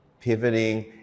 pivoting